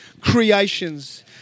creations